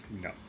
No